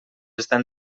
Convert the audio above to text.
estar